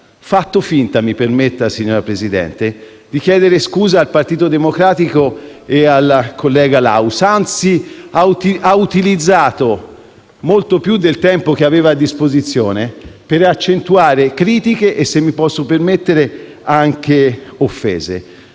fatto finta - mi permetta di dirlo, signor Presidente - di chiedere scusa al Partito Democratico e al collega Laus e, anzi, ha utilizzato molto più del tempo che aveva a disposizione per accentuare critiche e, se mi posso permettere, anche offese.